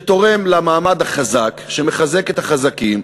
שתורם למעמד החזק, שמחזק את החזקים,